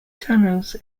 tunnels